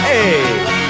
Hey